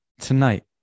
Tonight